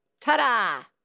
ta-da